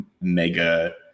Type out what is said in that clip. mega